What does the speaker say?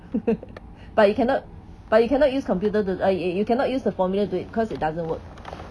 but you cannot but you cannot use computer do uh ya ya you cannot use the formula to do it because it doesn't work